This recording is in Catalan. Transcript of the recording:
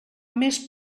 més